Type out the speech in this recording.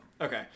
Okay